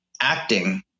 acting